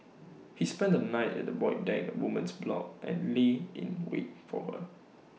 he spent the night at the void deck woman's block and lay in wait for her